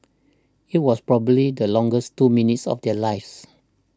it was probably the longest two minutes of their lives